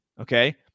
Okay